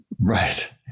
right